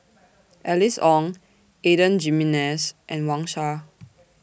Alice Ong Adan Jimenez and Wang Sha